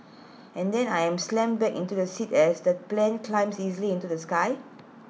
and then I am slammed back into the seat as the plane climbs easily into the sky